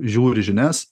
žiūri žinias